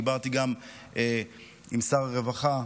דיברתי גם עם שר הרווחה,